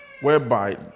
whereby